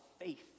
faith